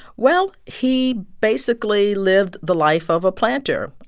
well, he basically lived the life of a planter.